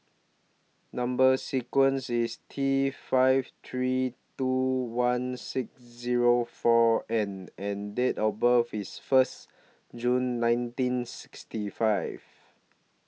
Number sequence IS T five three two one six Zero four N and Date of birth IS First June nineteen sixty five